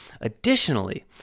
Additionally